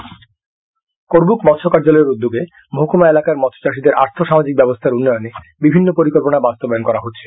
করবুক মাছ চাষ করবুক মৎস্য কার্যালয়ের উদ্যোগে মহকুমা এলাকার মৎস্যচাষীদের অর্থ সামাজিক অবস্থার উন্নয়নে বিভিন্ন পরিকল্পনা বাস্তবায়ন করা হচ্ছে